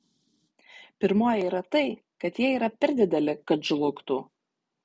pirmoji yra tai kad jie yra per dideli kad žlugtų